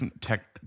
tech